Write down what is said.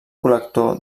col·lector